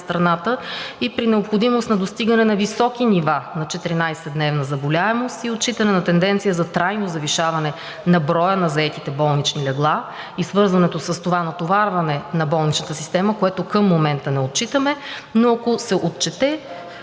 страната и при необходимост при достигане на високи нива на 14-дневна заболяемост и отчитане на тенденция за трайно завишаване на броя на заетите болнични легла и свързаното с това натоварване на болничната система, което към момента не отчитаме, но ако се отчете,